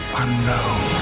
unknown